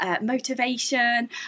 motivation